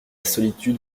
solitude